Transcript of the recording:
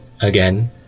again